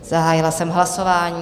Zahájila jsem hlasování.